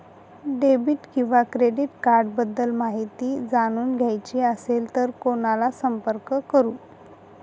Debit किंवा credit cards बद्दल माहिती जाणून घ्यायची असेल तर कोणाला संपर्क करु?